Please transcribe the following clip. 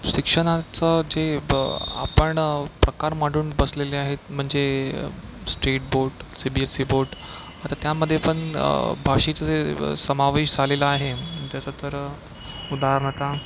शिक्षणाचं जे आपण प्रकार मांडून बसलेले आहेत म्हणजे state board C B S C board आता त्यामध्ये पण भाषेचं जे समावेश झालेला आहे तसं तर उदाहरण आता